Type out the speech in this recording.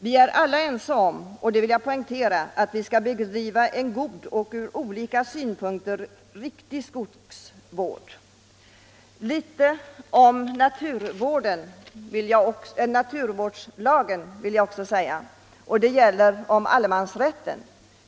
Vi är alla överens om att vi skall bedriva en god och från olika synpunkter riktig skogsvård. Jag vill också säga något om allemansrätten i naturvårdslagen.